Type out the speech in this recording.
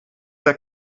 der